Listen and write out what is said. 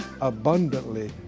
abundantly